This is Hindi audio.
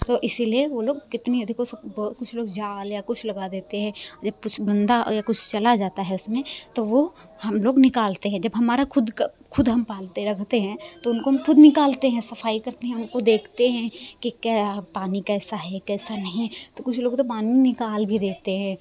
तो इसीलिए वो लोग कितनी अधिक कुछ लोग जाल या कुछ लगा देते हैं जब कुछ गंदा या कुछ चला जाता है इसमें तो वो हम लोग निकालते हैं जब हमारा खुद का खुद हम पालते होते हैं तो उनको हम खुद निकलते है सफाई करते हैं उनको देखते हैं कि क्या पानी कैसा है कैसा नहीं तो कुछ लोग तो पानी निकाल भी देते हैं